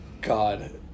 God